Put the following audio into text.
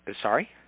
Sorry